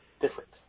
different